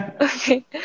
Okay